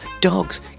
Dogs